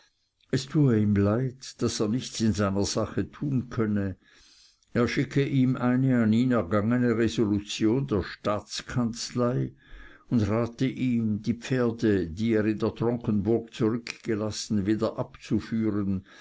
es tue ihm leid daß er nichts in seiner sache tun könne er schicke ihm eine an ihn ergangene resolution der staatskanzlei und rate ihm die pferde die er in der tronkenburg zurückgelassen wieder abführen